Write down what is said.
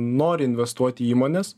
nori investuoti įmonės